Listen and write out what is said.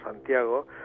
Santiago